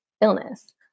illness